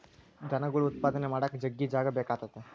ದನಗುಳ್ ಉತ್ಪಾದನೆ ಮಾಡಾಕ ಜಗ್ಗಿ ಜಾಗ ಬೇಕಾತತೆ